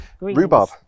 Rhubarb